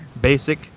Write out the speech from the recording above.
Basic